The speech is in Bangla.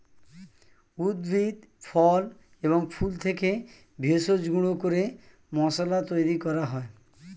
উদ্ভিদ, ফল এবং ফুল থেকে ভেষজ গুঁড়ো করে মশলা তৈরি করা হয়